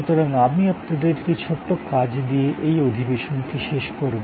সুতরাং আমি আপনাদের একটি ছোট্ট কাজ দিয়ে এই অধিবেশনটি শেষ করব